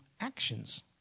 actions